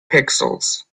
pixels